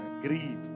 Greed